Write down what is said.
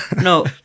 No